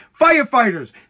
firefighters